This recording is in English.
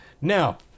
now